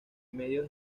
medios